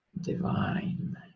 Divine